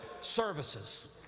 services